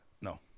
No